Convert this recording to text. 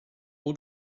all